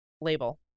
label